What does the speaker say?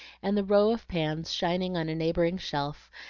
and the row of pans shining on a neighboring shelf,